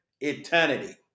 eternity